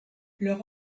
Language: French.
leur